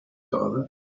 father